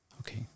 okay